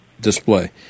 display